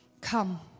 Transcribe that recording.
come